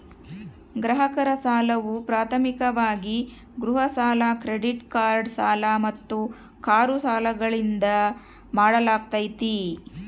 ಗ್ರಾಹಕರ ಸಾಲವು ಪ್ರಾಥಮಿಕವಾಗಿ ಗೃಹ ಸಾಲ ಕ್ರೆಡಿಟ್ ಕಾರ್ಡ್ ಸಾಲ ಮತ್ತು ಕಾರು ಸಾಲಗಳಿಂದ ಮಾಡಲಾಗ್ತೈತಿ